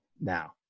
Now